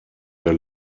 der